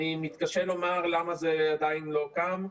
אני מתקשה לומר למה זה עדיין לא קם.